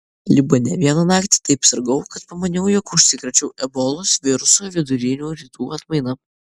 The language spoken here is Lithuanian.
libane vieną naktį taip sirgau kad pamaniau jog užsikrėčiau ebolos viruso vidurinių rytų atmaina